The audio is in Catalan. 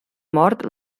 mort